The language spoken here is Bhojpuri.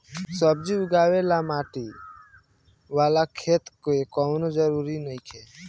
सब्जी उगावे ला माटी वाला खेत के कवनो जरूरत नइखे